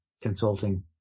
Consulting